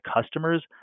customers